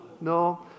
No